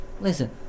listen